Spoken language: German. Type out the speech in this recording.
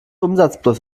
umsatzplus